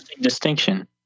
distinction